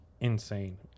insane